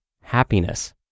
happiness